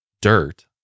dirt